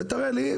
תראה לי?